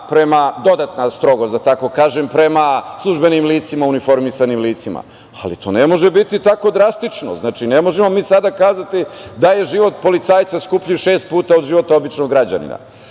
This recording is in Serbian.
delu, dodatna strogost, da tako kažem, prema službenim licima, uniformisanim licima, ali to ne može biti tako drastično. Ne možemo mi sada kazati da je život policajca skuplji šest puta od života običnog građanina.